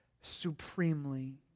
supremely